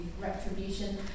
retribution